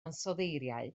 ansoddeiriau